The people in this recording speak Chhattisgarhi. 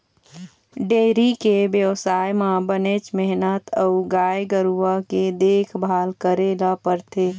डेयरी के बेवसाय म बनेच मेहनत अउ गाय गरूवा के देखभाल करे ल परथे